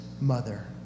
mother